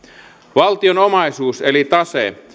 valtion omaisuus eli tase